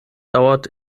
dauert